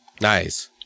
Nice